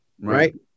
Right